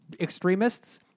extremists